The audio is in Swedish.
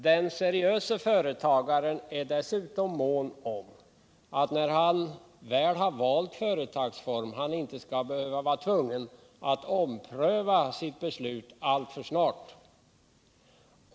Den seriöse företagaren är också mån om, när han väl har valt företagsform, att han inte skall vara tvungen att ompröva sitt beslut alltför snart.